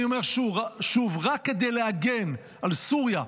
אני אומר שוב: רק כדי להגן מפני סוריה,